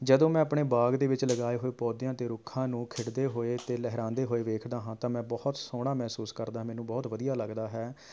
ਜਦੋਂ ਮੈਂ ਆਪਣੇ ਬਾਗ ਦੇ ਵਿੱਚ ਲਗਾਏ ਹੋਏ ਪੌਦਿਆਂ ਅਤੇ ਰੁੱਖਾਂ ਨੂੰ ਖਿੜਦੇ ਹੋਏ ਅਤੇ ਲਹਿਰਾਉਂਦੇ ਹੋਏ ਵੇਖਦਾ ਹਾਂ ਤਾਂ ਮੈਂ ਬਹੁਤ ਸੋਹਣਾ ਮਹਿਸੂਸ ਕਰਦਾਂ ਮੈਨੂੰ ਬਹੁਤ ਵਧੀਆ ਲੱਗਦਾ ਹੈ